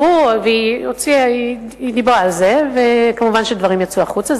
היא דיברה על זה וכמובן שדברים יצאו החוצה,